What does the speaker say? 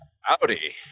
Howdy